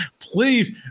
Please